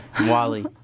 Wally